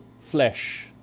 flesh